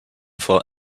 for